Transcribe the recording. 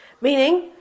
Meaning